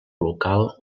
local